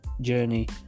journey